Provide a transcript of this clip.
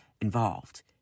involved